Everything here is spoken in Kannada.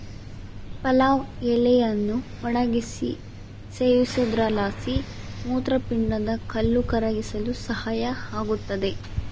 ಪಲಾವ್ ಎಲೆಯನ್ನು ಒಣಗಿಸಿ ಸೇವಿಸೋದ್ರಲಾಸಿ ಮೂತ್ರಪಿಂಡದ ಕಲ್ಲು ಕರಗಿಸಲು ಸಹಾಯ ಆಗುತ್ತದೆ